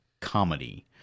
comedy